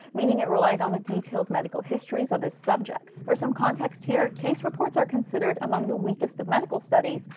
meaning it relied on the detailed medical histories of his subjects. for some context here, case reports are considered among the weakest of medical studies,